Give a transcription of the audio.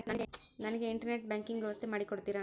ನನಗೆ internet banking ವ್ಯವಸ್ಥೆ ಮಾಡಿ ಕೊಡ್ತೇರಾ?